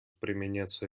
применяться